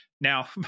now